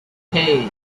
hey